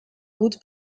route